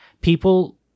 people